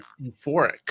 euphoric